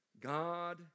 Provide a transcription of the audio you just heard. God